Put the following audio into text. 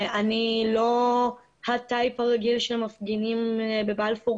אני כנראה לא הסוג הרגיל של מפגינים בבלפור,